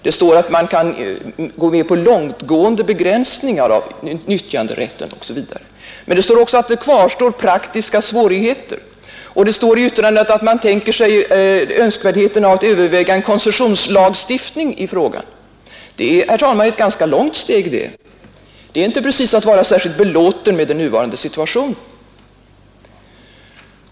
Det står att man kan få till stånd långtgående begränsningar av nyttjanderätten osv., men det heter också att praktiska svårigheter kvarstår och att man överväger en koncessionslagstiftning i frågan. Det är, herr talman, ett ganska långt steg. Det innebär inte precis att man är särskilt belåten med den nuvarande situationen.